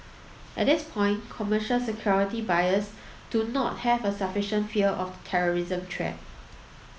at this point commercial security buyers do not have a sufficient fear of the terrorism treat